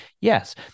Yes